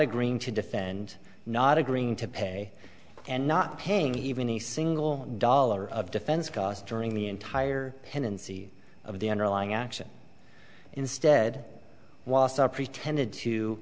agreeing to defend not agreeing to pay and not paying even a single dollar of defense costs during the entire tenancy of the underlying action instead whilst i pretended to